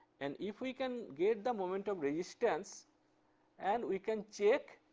and if we can get the moment of resistance and we can check